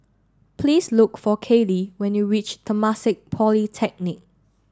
please look for Kallie when you reach Temasek Polytechnic